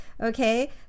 Okay